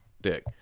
dick